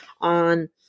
on